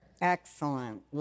Excellent